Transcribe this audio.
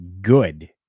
good